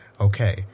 Okay